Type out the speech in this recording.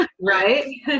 right